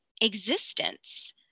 existence